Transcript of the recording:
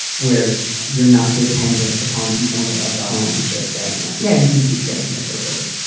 where you're not dependent upon the owner of the home. just saying, like, yeah, you can keep staying here for free